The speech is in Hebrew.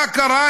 מה קרה?